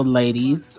ladies